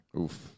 Oof